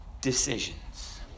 decisions